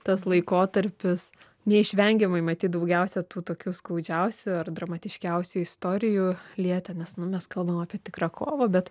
tas laikotarpis neišvengiamai matyt daugiausia tų tokių skaudžiausių ar dramatiškiausių istorijų lietė nes nu mes kalbam apie tikrą kovą bet